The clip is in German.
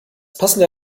passende